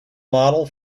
model